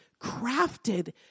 crafted